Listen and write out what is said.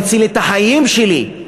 הציל את החיים שלי,